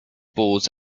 balls